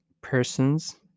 persons